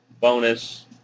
bonus